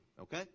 okay